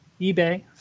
eBay